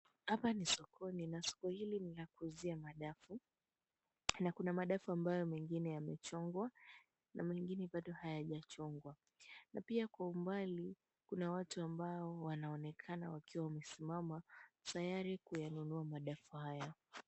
Hapa ni sokoni na soko hili ni la kuuzia madafu na kuna madafu ambayo mengine yamechongwa na mengine bado hayajachongwa na pia kwa umbali kuna watu ambao wanaonekana wakiwa wamesimama tayari kuyanunua madafu haya.